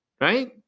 right